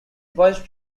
voice